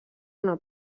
una